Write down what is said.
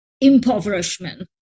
impoverishment